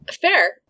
Fair